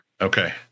Okay